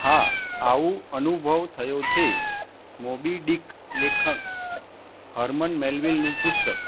હા આવું અનુભવ થયો છે મોબિડીક લેખક હરમન મેલવિનનું પુસ્તક